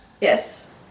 Yes